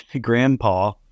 grandpa